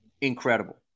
incredible